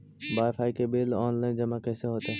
Wifi के bill online जमा कैसे होतै?